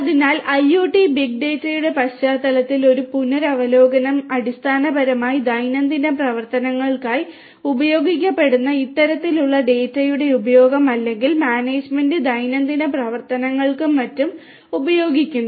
അതിനാൽ IoT big ഡാറ്റയുടെ പശ്ചാത്തലത്തിൽ ഒരു പുനരവലോകനം അടിസ്ഥാനപരമായി ദൈനംദിന പ്രവർത്തനങ്ങൾക്കായി ഉപയോഗിക്കപ്പെടുന്ന ഇത്തരത്തിലുള്ള ഡാറ്റയുടെ ഉപയോഗം അല്ലെങ്കിൽ മാനേജ്മെൻറ് ദൈനംദിന പ്രവർത്തനങ്ങൾക്കും മറ്റും ഉപയോഗിക്കുന്നു